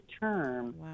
term